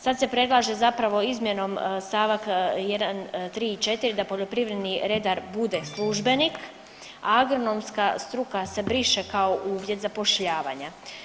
Sad se predlaže zapravo izmjenom stavak 1, 3 i 4, da poljoprivredni redar bude službenik, a agronomska struka se briše kao uvjet zapošljavanje.